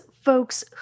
folks